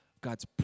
God's